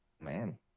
Man